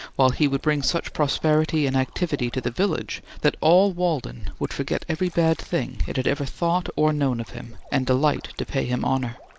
while he would bring such prosperity and activity to the village that all walden would forget every bad thing it had ever thought or known of him, and delight to pay him honour.